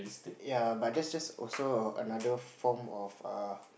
yea but that just also another form of a